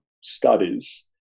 studies